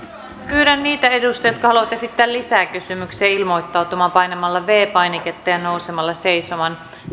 pyydän niitä edustajia jotka haluavat esittää lisäkysymyksiä ilmoittautumaan painamalla viides painiketta ja nousemalla seisomaan